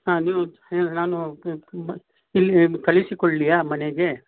ಹಾಂ ನೀವು ಏನು ನಾನು ಇಲ್ಲಿ ಕಳಿಸಿ ಕೊಡಲಿಯ ಮನೆಗೆ